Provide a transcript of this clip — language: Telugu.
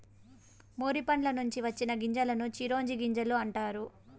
మొర్రి పండ్ల నుంచి వచ్చిన గింజలను చిరోంజి గింజలు అంటారు